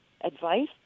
advice